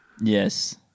Yes